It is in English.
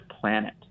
planet